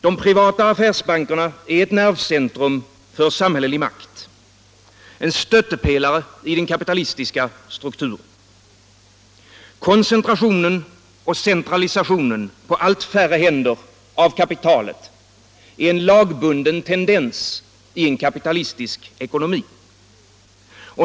De privata affärsbankerna är ett nervcentrum för samhällelig makt, en stöttepelare i den kapitalistiska strukturen. Koncentrationen och centralisationen på allt färre händer av kapitalet är en lagbunden tendens i en kapitalistisk ekonomi.